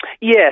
Yes